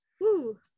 Woo